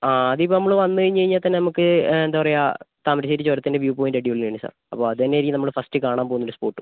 ആ അത് ഇപ്പോൾ നമ്മൾ വന്ന് കഴിഞ്ഞ് കഴിഞ്ഞാൽ തന്നെ നമുക്ക് എന്താണ് പറയുക താമരശ്ശേരി ചുരത്തിൻ്റെ വ്യൂ പോയിൻറ്റ് അടിപൊളിയാണ് സർ അപ്പോൾ അത് തന്നെ ആണ് നമ്മൾ ഫസ്റ്റ് കാണാൻ പോകുന്ന ഒരു സ്പോട്ടും